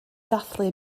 ddathlu